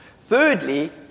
Thirdly